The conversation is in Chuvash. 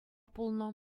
пулнӑ